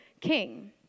king